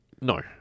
No